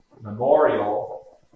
Memorial